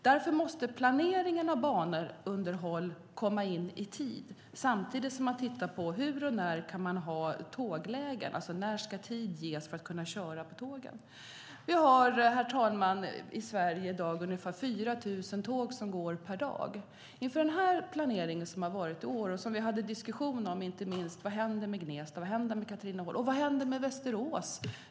Därför måste planeringen av banunderhåll göras i tid, samtidigt som man tittar på hur och när man kan ha tåglägen, alltså när tid ska ges för att köra tågen. Herr talman! Vi har i Sverige i dag ungefär 4 000 tåg som går per dag. Det har gjorts en planering i år, och vi har haft en diskussion: Vad händer med Gnesta, vad händer med Katrineholm och vad händer med Västerås?